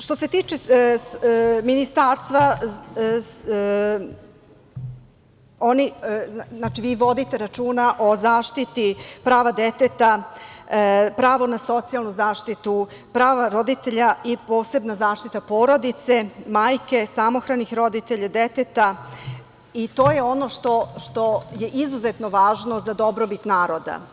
Što se tiče Ministarstva, znači, vi vodite računa o zaštiti prava deteta, prava na socijalnu zaštitu, prava roditelja i posebnoj zaštiti porodice, majke, samohranih roditelja, deteta i to je ono što je izuzetno važno za dobrobit naroda.